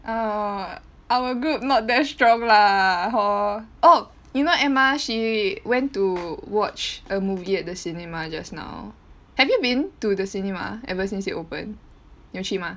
err our group not that strong lah hor oh you know Emma she went to watch a movie at the cinema just now have you been to the cinema ever since it open 有去吗